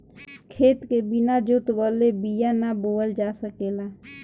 खेत के बिना जोतवले बिया ना बोअल जा सकेला